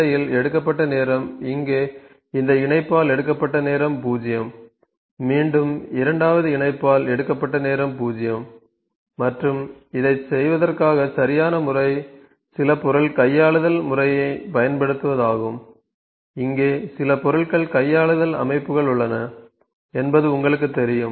இடையில் எடுக்கப்பட்ட நேரம் இங்கே இந்த இணைப்பால் எடுக்கப்பட்ட நேரம் 0 மீண்டும் இரண்டாவது இணைப்பால் எடுக்கப்பட்ட நேரம் 0 மற்றும் இதைச் செய்வதற்கான சரியான முறை சில பொருள் கையாளுதல் முறையைப் பயன்படுத்துவதாகும் இங்கே சில பொருள் கையாளுதல் அமைப்புகள் உள்ளன என்பது உங்களுக்குத் தெரியும்